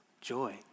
Joy